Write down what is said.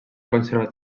conservat